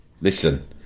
listen